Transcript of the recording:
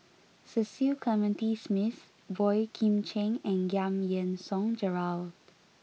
Cecil Clementi Smith Boey Kim Cheng and Giam Yean Song Gerald